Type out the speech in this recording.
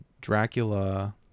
Dracula